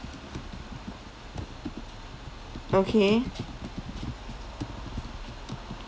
okay